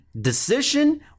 decision